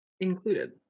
included